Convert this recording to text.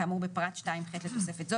כאמור בפרט (2)(ח) לתוספת זו,